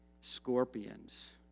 scorpions